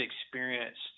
experienced